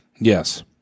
Yes